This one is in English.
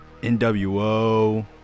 NWO